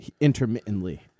intermittently